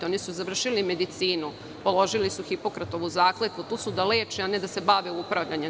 Oni su završili medicinu, položili su Hipokratovu zakletvu, tu su da leče, a ne da se bave upravljanjem.